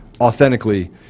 authentically